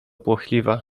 płochliwa